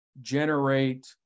generate